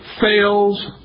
fails